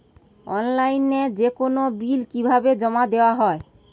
অনলাইনে যেকোনো বিল কিভাবে জমা দেওয়া হয়?